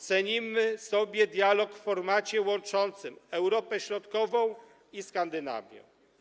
Cenimy sobie dialog w formacie łączącym Europę Środkową i Skandynawię.